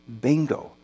bingo